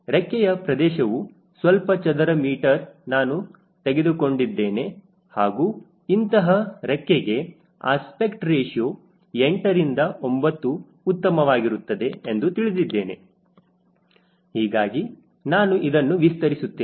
ರೆಕ್ಕೆಯ ಪ್ರದೇಶವು ಸ್ವಲ್ಪ ಚದರ ಮೀಟರ್ ನಾನು ತೆಗೆದುಕೊಂಡಿದ್ದೇನೆ ಹಾಗೂ ಇಂತಹ ರೆಕ್ಕೆಗೆ ಅಸ್ಪೆಕ್ಟ್ ರೇಶ್ಯೂ 8 ರಿಂದ 9 ಉತ್ತಮವಾಗಿರುತ್ತದೆ ಎಂದು ತಿಳಿದಿದ್ದೇನೆ ಹೀಗಾಗಿ ನಾನು ಇದನ್ನು ವಿಸ್ತರಿಸುತ್ತೇನೆ